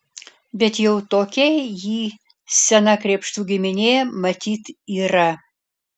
bet jau tokia ji sena krėpštų giminė matyt yra